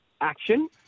action